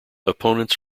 opponents